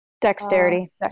dexterity